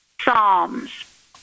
Psalms